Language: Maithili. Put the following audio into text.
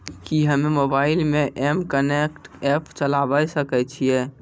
कि हम्मे मोबाइल मे एम कनेक्ट एप्प चलाबय सकै छियै?